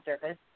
service